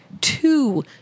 two